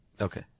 Okay